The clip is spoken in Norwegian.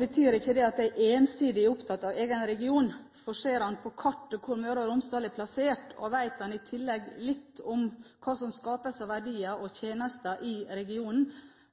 betyr ikke det at jeg ensidig er opptatt av egen region. Ser man på kartet hvor Møre og Romsdal er plassert, og vet man i tillegg litt om hva som skapes av verdier og tjenester i regionen,